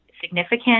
significant